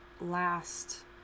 last